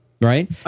Right